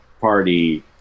party